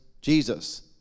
Jesus